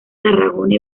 tarragona